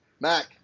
Mac